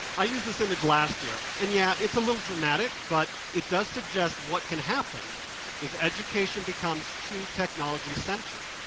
i used this image last year, and yeah it's a little dramatic, but it does suggest what can happen if education becomes too technology centered.